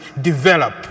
develop